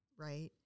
right